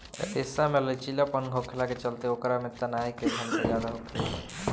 रेशा में लचीलापन होखला के चलते ओकरा में तनाये के क्षमता ज्यादा होखेला